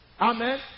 Amen